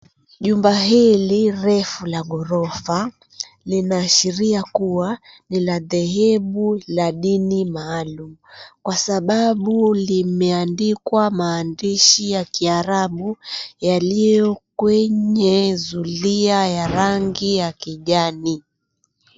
Jumba hili refu la ghorofa linaashiria kuwa ni la dhehebu la dini maalum kwasababu limeandikwa maandishi ya kiarabu yaliyo kwenye zulia ya rangi ya kijani.